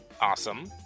Awesome